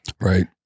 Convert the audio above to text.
right